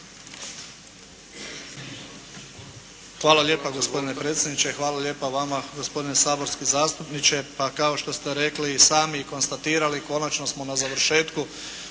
Hvala lijepa gospodine predsjedniče. Hvala lijepa vama gospodine saborski zastupniče. Pa kao šte ste rekli sami i konstatirali, konačno smo na završetku